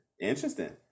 Interesting